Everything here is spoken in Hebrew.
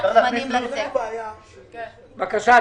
איתי, בבקשה.